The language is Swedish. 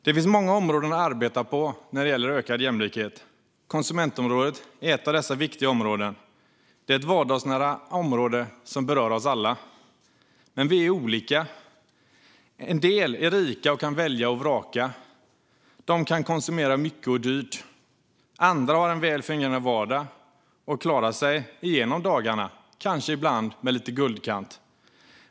Det finns många områden att arbeta med när det gäller ökad jämlikhet, och konsumentområdet är ett av dessa viktiga områden. Det är ett vardagsnära område som berör oss alla. Men vi är olika: En del är rika och kan välja och vraka, och de kan konsumera mycket och dyrt. Andra har en väl fungerande vardag och klarar sig igenom dagarna - kanske ibland med lite guldkant.